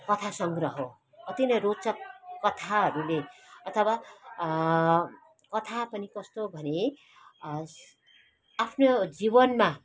कथा सङ्ग्रह हो अति नै रोचक कथाहरूले अथवा कथा पनि कस्तो भने आफ्नो जीवनमा